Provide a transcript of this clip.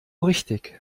richtig